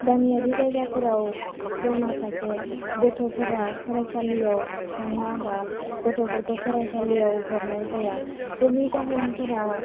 गामियारि जायगाफोराव ज' माखासे गथ'फोरा फरायसालियाव थाङा बा गथ'फोरखौ फरायसालियाव हरनाय जाया बेनि जाहोनफोरा